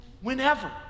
whenever